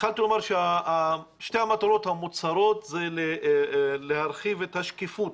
התחלתי לומר ששתי המטרות המוצהרות זה להרחיב את השקיפות